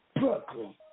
Brooklyn